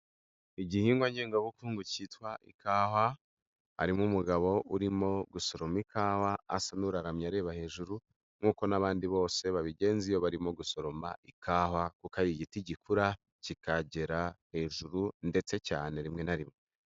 Igihingwa ngengabukungu cyitwa ikawa, harimo umugabo urimo gusoroma ikawa, asa n'uraramye areba hejuru nkuko n'abandi bose babigenza iyo barimo gusoroma ikawa, kuko ari igiti gikura kikagera hejuru ndetse cyane rimwe na rimwe.